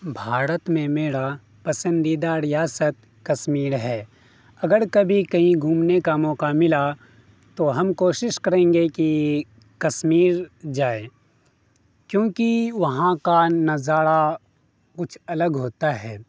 بھارت میں میرا پسندیدہ ریاست کشیر ہے اگر کبھی کہیں گھومنے کا موقع ملا تو ہم کوشش کریں گے کہ کشیر جائیں کیوںکہ وہاں کا نظارا کچھ الگ ہوتا ہے